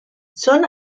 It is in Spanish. son